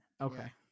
Okay